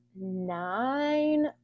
nine